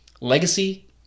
legacy